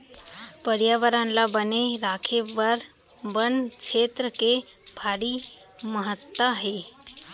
परयाबरन ल बने राखे बर बन छेत्र के भारी महत्ता हे